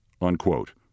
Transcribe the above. unquote